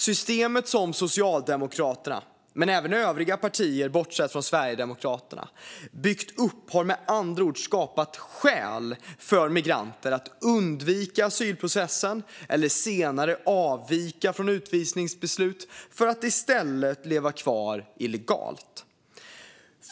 Systemet som Socialdemokraterna, men även övriga partier bortsett från Sverigedemokraterna, byggt upp har med andra ord skapat skäl för migranter att undvika asylprocessen eller senare avvika från utvisningsbeslut för att i stället leva kvar illegalt.